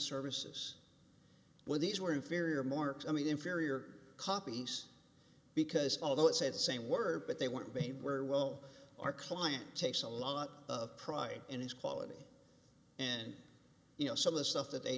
services where these were inferior more i mean inferior copies because although it said the same word but they weren't they were well our client takes a lot of pride in his quality and you know some of the stuff that they